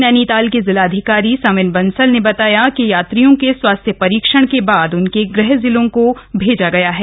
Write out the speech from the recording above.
नैनीताल के जिलाधिकारी सविन बंसल बताया कि यात्रियों के स्वास्थ्य परीक्षण के बाद उनके गृह जिलों को भैजा गया है